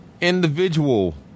individual